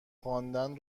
خواندن